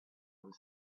was